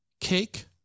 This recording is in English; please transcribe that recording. cake